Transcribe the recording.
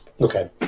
okay